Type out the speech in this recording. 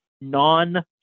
non